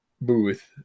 Booth